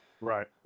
Right